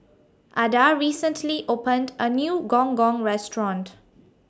Ada recently opened A New Gong Gong Restaurant